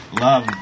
love